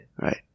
right